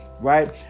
right